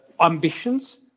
ambitions